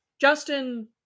Justin-